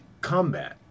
combat